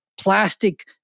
Plastic